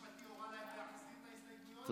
הייעוץ המשפטי הורה להם להחזיר את ההסתייגויות,